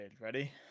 Ready